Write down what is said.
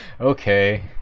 okay